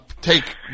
take